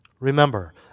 Remember